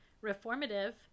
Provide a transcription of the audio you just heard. reformative